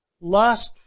lust